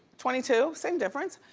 twenty two, same difference.